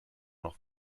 noch